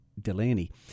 Delaney